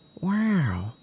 wow